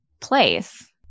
place